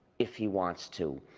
if he wants to.